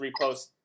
repost